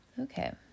Okay